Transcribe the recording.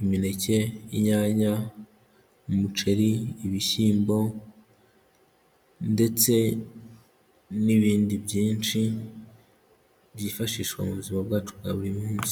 imineke, inyanya, umuceri, ibishyimbo ndetse n'ibindi byinshi byifashishwa mu buzima bwacu bwa buri munsi.